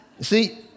See